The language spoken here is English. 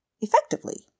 effectively